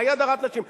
מהי הדרת נשים?